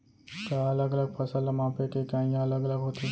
का अलग अलग फसल ला मापे के इकाइयां अलग अलग होथे?